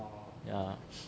yeah